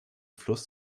fluss